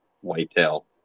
whitetail